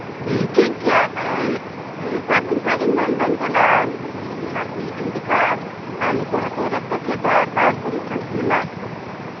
ᱦᱮᱸ ᱴᱷᱤᱠ ᱜᱮᱭᱟ ᱠᱟᱨᱚᱱ ᱠᱚᱭᱮᱠ ᱫᱤᱱ ᱠᱷᱚᱱᱜᱤᱧ ᱢᱮᱱᱫᱟ ᱪᱟᱞᱟᱜᱼᱟ ᱚᱱᱟ ᱢᱤᱫ ᱫᱷᱟᱣ ᱤᱧ ᱫᱮᱠᱷᱟᱜᱼᱟ ᱠᱟᱨᱚᱱ ᱩᱱᱠᱩ ᱦᱟᱛᱩᱲᱤ ᱰᱟᱠᱛᱟᱨ ᱴᱷᱮᱡ ᱫᱚ ᱟᱨ ᱵᱟᱝ ᱠᱚᱢᱚᱜ ᱠᱟᱱ ᱛᱤᱧᱟᱹ ᱞᱟᱡ ᱦᱟᱹᱥᱩ